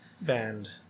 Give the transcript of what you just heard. band